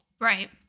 Right